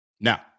Now